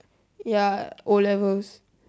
ya o levels